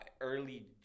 Early